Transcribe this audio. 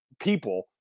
people